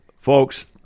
folks